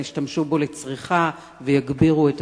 הן ישתמשו בו לצריכה ויגבירו את